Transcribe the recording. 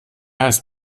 heißt